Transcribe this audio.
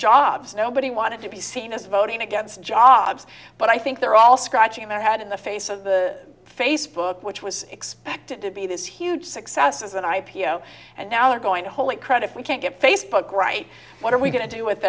jobs nobody wanted to be seen as voting against jobs but i think they're all scratching their head in the face of the facebook which was expected to be this huge success as an i p o and now they're going to hold a credit if we can't get facebook right what are we going to do with